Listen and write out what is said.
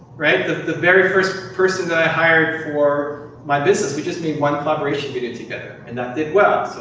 right? the the very first person that i hired for my business, we just made one collaboration video together. and that did well.